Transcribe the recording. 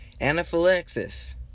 anaphylaxis